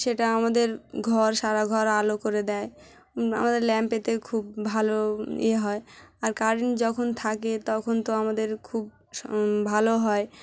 সেটা আমাদের ঘর সারা ঘর আলো করে দেয় আমাদের ল্যাম্পেতে খুব ভালো ইয়ে হয় আর কারেন্ট যখন থাকে তখন তো আমাদের খুব ভালো হয়